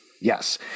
Yes